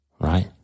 right